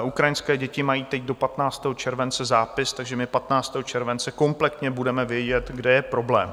Ukrajinské děti mají teď do 15. července zápis, takže my 15. července kompletně budeme vědět, kde je problém.